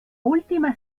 última